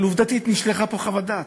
אבל עובדתית נשלחה פה חוות דעת.